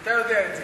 אתה יודע את זה,